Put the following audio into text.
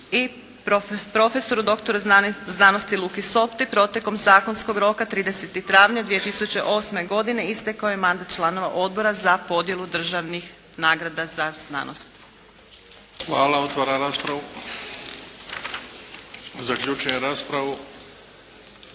i profesoru doktoru znanosti Luki Sopti protekom zakonskog roka 30. travnja 2008. godine istekao je mandat članova Odbora za podjelu državnih nagrada za znanost. **Bebić, Luka (HDZ)** Hvala. Otvaram raspravu. Zaključujem raspravu